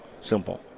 Simple